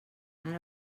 ara